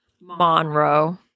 Monroe